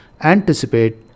anticipate